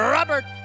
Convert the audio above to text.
Robert